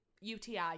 UTI